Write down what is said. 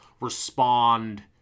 respond